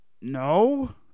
No